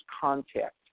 contact